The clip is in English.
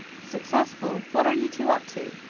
successful? what are you two up to?